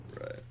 Right